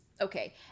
Okay